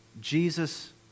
Jesus